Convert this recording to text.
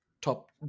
top